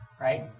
right